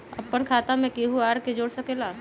अपन खाता मे केहु आर के जोड़ सके ला?